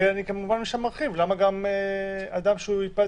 ואני מרחיב את זה גם למיופה כוח.